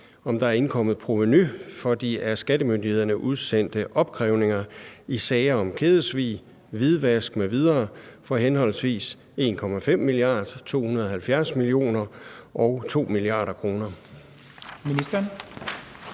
om der er indkommet provenu for de af skattemyndighederne udsendte opkrævninger i sager om kædesvig, hvidvask m.v. for henholdsvis 1,5 mia. kr., 270 mio. kr. og 2 mia. kr.? Kl. 14:07 Den